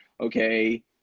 Okay